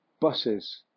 buses